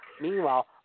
Meanwhile